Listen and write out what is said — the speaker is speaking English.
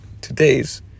today's